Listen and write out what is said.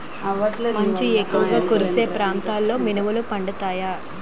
మంచు ఎక్కువుగా కురిసే ఏరియాలో మినుములు పండుతాయా?